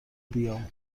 بیام